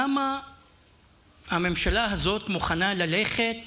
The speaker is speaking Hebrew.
כמה הממשלה הזאת מוכנה ללכת